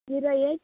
zero eight